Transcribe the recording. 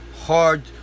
hard